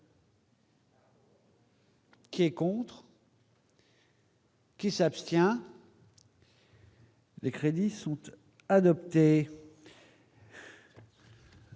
Qui est contre. Qui s'abstient. Les crédits sont eux adopté.